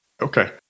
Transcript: okay